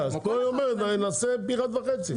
אז פה היא אומרת נעשה פי אחד וחצי.